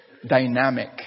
dynamic